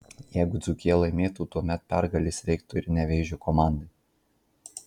jeigu dzūkija laimėtų tuomet pergalės reiktų ir nevėžio komandai